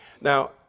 Now